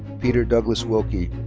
peter douglas wilkie.